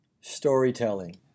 storytelling